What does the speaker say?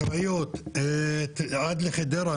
קריות עד לחדרה,